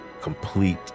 complete